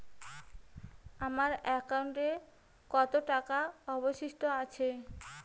আমার একাউন্টে কত টাকা অবশিষ্ট আছে?